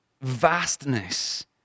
vastness